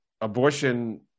abortion